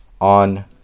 on